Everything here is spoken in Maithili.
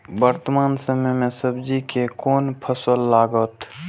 वर्तमान समय में सब्जी के कोन फसल लागत?